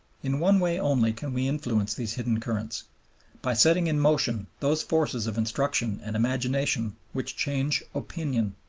in one way only can we influence these hidden currents by setting in motion those forces of instruction and imagination which change opinion.